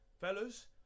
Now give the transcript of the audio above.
fellas